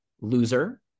Loser